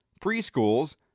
preschools